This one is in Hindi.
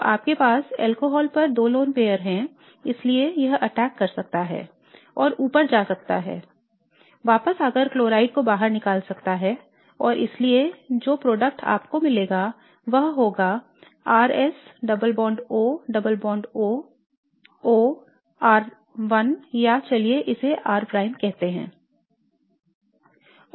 तो आपके पास अल्कोहल पर 2 लोन पेयर हैं इसलिए यह अटैक कर सकता है और ऊपर जा सकता है वापस आकर क्लोराइड को बाहर निकाल सकता है और इसलिए जो उत्पाद आपको मिलेगा वह होगा R S double bond O double bond O O R1 या चलिए इसे R Prime कहते हैं